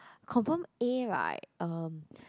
confirm A right um